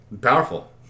powerful